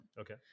okay